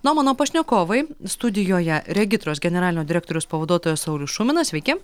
na o mano pašnekovai studijoje regitros generalinio direktoriaus pavaduotojas saulius šuminas sveiki